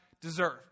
deserve